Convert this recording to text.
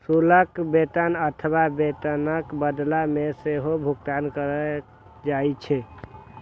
शुल्क वेतन अथवा वेतनक बदला मे सेहो भुगतान कैल जाइ छै